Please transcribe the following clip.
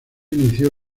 inició